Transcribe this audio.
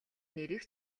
нэрийг